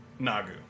Nagu